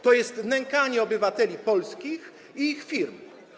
To jest nękanie obywateli polskich i ich firm.